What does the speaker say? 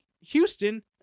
Houston